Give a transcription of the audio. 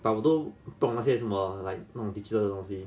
but 我都不懂那些什么 like 那种 digital 的东西